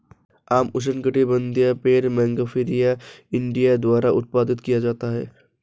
आम उष्णकटिबंधीय पेड़ मैंगिफेरा इंडिका द्वारा उत्पादित किया जाता है